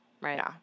right